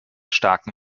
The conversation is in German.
starken